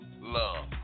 Love